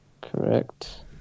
Correct